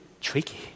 tricky